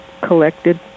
collected